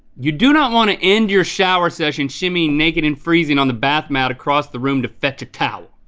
you do not wanna end your shower session shimmying naked and freezing on the bath mat across the room to fetch a towel.